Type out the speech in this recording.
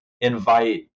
invite